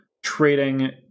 trading